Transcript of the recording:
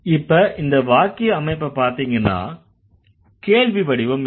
இப்ப இந்த வாக்கிய அமைப்பப் பார்த்தீங்கன்னா கேள்வி வடிவம் என்ன